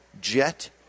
jet